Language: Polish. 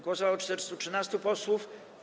Głosowało 413 posłów.